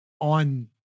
on